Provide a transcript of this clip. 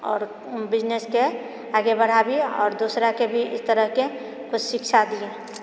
आओर बिजनेसके आगे बढ़ाबी आओर दोसराके भी इस तरहकेँ कोइ शिक्षा दिऐ